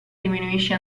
diminuisce